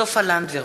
קסניה סבטלובה,